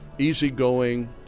easygoing